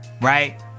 right